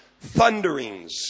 thunderings